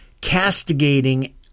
castigating